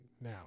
Now